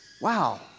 Wow